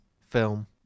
film